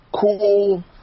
cool